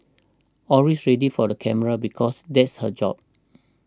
always ready for the camera because that's her job